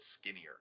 skinnier